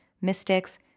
mystics